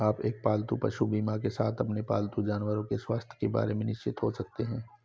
आप एक पालतू पशु बीमा के साथ अपने पालतू जानवरों के स्वास्थ्य के बारे में निश्चिंत हो सकते हैं